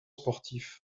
sportif